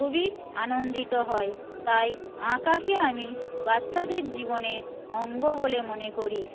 খুবই আনন্দিত হয় তাই আঁকাকে আমি বাচ্চাদের জীবনের অঙ্গ বলে মনে করি